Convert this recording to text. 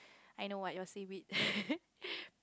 I know what your seaweed